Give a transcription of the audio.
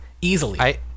easily